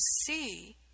see